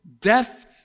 death